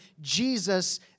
Jesus